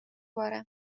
varem